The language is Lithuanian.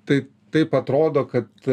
tai taip atrodo kad